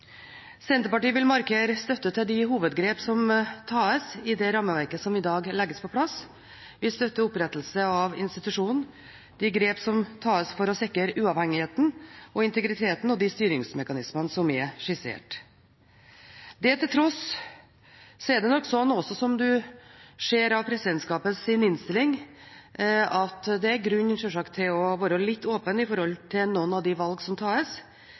Senterpartiet vil markere støtte til de hovedgrep som tas i det rammeverket som i dag legges på plass. Vi støtter opprettelse av institusjonen, de grep som tas for å sikre uavhengigheten og integriteten, og de styringsmekanismene som er skissert. Det til tross er det nok slik – som en også ser av presidentskapets innstilling – at det sjølsagt er grunn til å være litt åpen med hensyn til noen av de valg som tas.